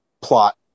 plot